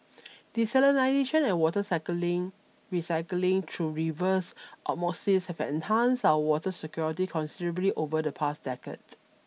desalination and water cycling recycling through reverse osmosis have enhanced our water security considerably over the past decade